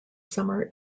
summer